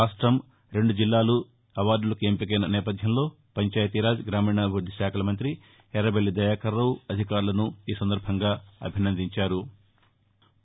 రాష్టం రెండు జిల్లాలు అవార్దులకు ఎంపికైన నేపథ్యంలో పంచాయతీరాజ్ గ్రామీణాభివృద్ధి శాఖల మంతి ఎర్రబెల్లి దయాకర్రావు అధికారులకు అభిసందనలు తెలిపారు